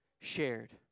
shared